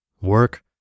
work